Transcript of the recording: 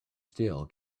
still